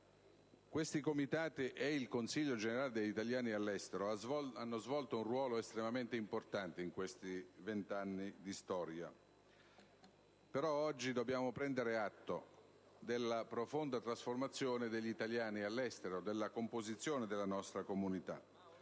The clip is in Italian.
Questi Comitati, e il Consiglio generale degli italiani all'estero, hanno svolto un ruolo estremamente importante in questi vent'anni di storia, però, oggi dobbiamo prendere atto della profonda trasformazione degli italiani all'estero e della composizione della nostra comunità.